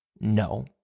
No